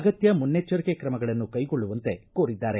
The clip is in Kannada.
ಅಗತ್ಯ ಮುನ್ನೆಚ್ಚರಿಕೆ ತ್ರಮಗಳನ್ನು ಕೈಗೊಳ್ಳುವಂತೆ ಕೋರಿದ್ದಾರೆ